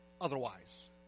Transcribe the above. otherwise